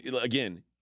Again